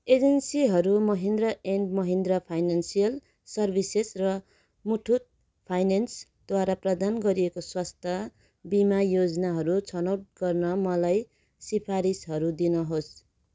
एजेन्सीहरू Mahindra and Mahindra financial services र मुथूट फाइनेन्सद्वारा प्रदान गरिएको स्वास्थ्य बिमा योजनाहरू छनोट गर्न मलाई सिफारिसहरू दिनुहोस्